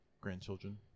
Grandchildren